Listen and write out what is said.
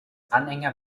anhänger